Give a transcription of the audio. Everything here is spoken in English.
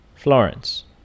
Florence